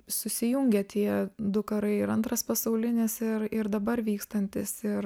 susijungė tie du karai ir antras pasaulinis ir ir dabar vykstantis ir